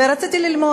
ורציתי ללמוד.